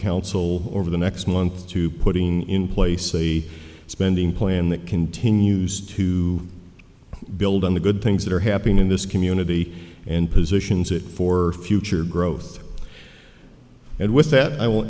council over the next month to putting in place a spending plan that continues to build on the good things that are happening in this community and positions it for future growth and with that i will